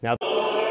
Now